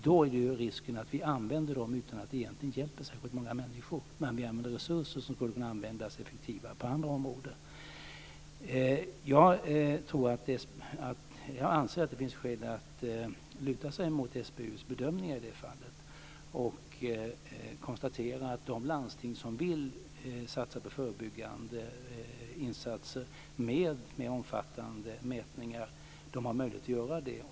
Då är ju risken att vi gör detta utan att det egentligen hjälper särskilt många människor och att vi använder resurser som skulle kunna användas effektivare på andra områden. Jag anser att det finns skäl att luta sig mot SBU:s bedömningar i det här fallet och konstaterar att de landsting som vill satsa på förebyggande insatser med mer omfattande mätningar har möjlighet att göra det.